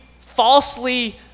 falsely